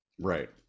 right